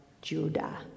Judah